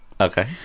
Okay